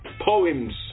poems